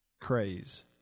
craze